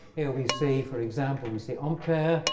here we see, for example, we see ampere.